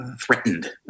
threatened